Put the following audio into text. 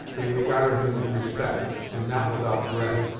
they regarded him with respect, and not without dread.